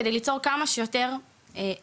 כדי ליצור כמה שיותר אפקט.